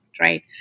right